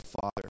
Father